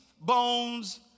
bones